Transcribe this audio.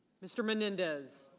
mr. menendez.